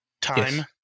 time